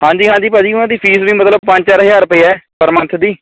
ਹਾਂਜੀ ਹਾਂਜੀ ਭਾਅ ਜੀ ਉਹਨਾਂ ਦੀ ਫ਼ੀਸ ਵੀ ਮਤਲਬ ਪੰਜ ਚਾਰ ਹਜ਼ਾਰ ਰੁਪਇਆ ਹੈ ਪਰ ਮੰਨਥ ਦੀ